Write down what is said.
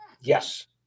Yes